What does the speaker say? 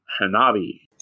Hanabi